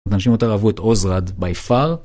אנשים יותר אהבו את עוזרד ביפר.